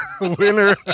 winner